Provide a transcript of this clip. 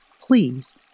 please